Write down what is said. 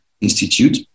Institute